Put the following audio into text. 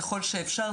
ככול שאפשר,